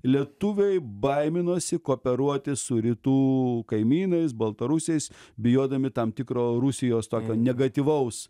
lietuviai baiminosi kooperuotis su rytų kaimynais baltarusiais bijodami tam tikro rusijos tokio negatyvaus